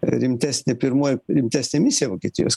rimtesnė pirmoji rimtesnė misija vokietijos